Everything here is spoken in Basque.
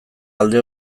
alde